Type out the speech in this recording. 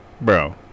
bro